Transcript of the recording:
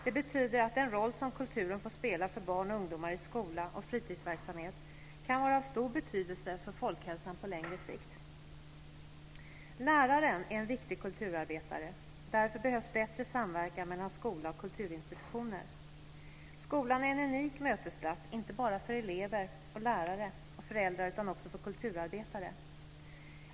Det betyder att den roll som kulturen får spela för barn och ungdomar i skola och fritidsverksamhet kan vara av stor betydelse för folkhälsan på längre sikt. Läraren är en viktig kulturarbetare. Därför behövs bättre samverkan mellan skola och kulturinstitutioner. Skolan är en unik mötesplats, inte bara för elever, lärare och föräldrar utan också för kulturarbetare.